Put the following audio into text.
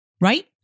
right